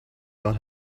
got